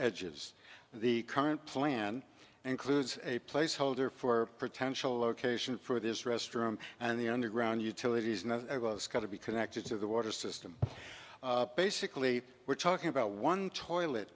edges the current plan includes a place holder for potential location for this restroom and the underground utilities and a scout to be connected to the water system basically we're talking about one toilet